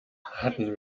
hatten